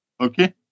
Okay